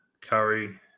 Curry